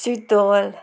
Shital